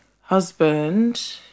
husband